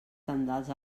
tendals